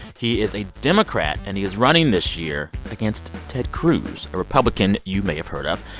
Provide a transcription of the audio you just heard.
he is a democrat, and he is running this year against ted cruz, a republican you may have heard of.